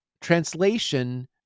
translation